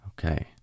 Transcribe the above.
Okay